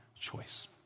choice